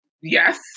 yes